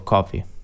Coffee